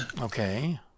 Okay